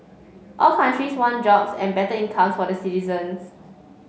all countries want jobs and better incomes for the citizens